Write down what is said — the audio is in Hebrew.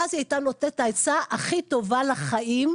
ואז היא הייתה נותנת את העצה הכי טובה לחיים.